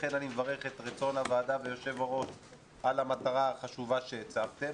לכן אני מברך את רצון הוועדה והיושב ראש על המטרה החשובה שהצבתם.